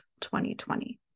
2020